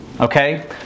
okay